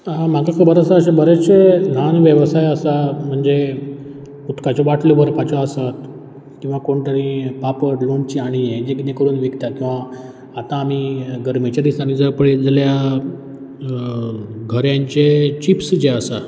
म्हाका दिसता बरोतसो अशें बरेतशे ल्हान वेवसाय आसा म्हणजे उदकाच्यो बाटल्यो भरपाच्यो आसत किंवां कोण तरी पापड लोणचें आनी हें जें कितें कोरून विकतात किंवां आतां आमी गर्मेच्या दिसांनी जर पळयत जाल्यार घऱ्यांचे चिप्स जे आसात